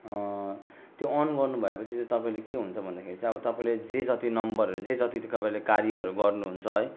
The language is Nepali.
त्यो अन गर्नु भए पछि चाहिँ तपाईँले के हुन्छ भन्दाखेरि चाहिँ अब तपाईँले जे जति नम्बरहरू जे जति तपाईँले कार्यहरू गर्नु हुन्छ है